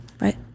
right